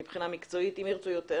ירצו יותר מבחינה מקצועית אז יוכלו יותר.